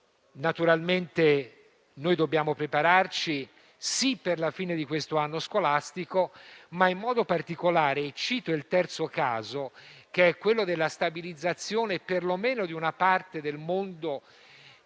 Naturalmente dobbiamo prepararci, sì, per la fine di questo anno scolastico, ma in modo particolare - e cito il terzo caso, cioè la stabilizzazione perlomeno di una parte dei docenti